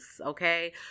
Okay